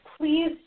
Please